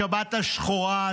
השבת השחורה,